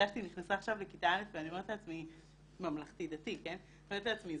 הילדה שלי נכנסה עכשיו לכיתה א' בממלכתי-דתי ואני אומרת לעצמי,